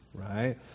right